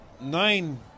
nine